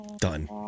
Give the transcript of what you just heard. done